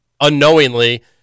unknowingly